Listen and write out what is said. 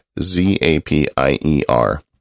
Z-A-P-I-E-R